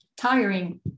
tiring